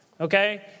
okay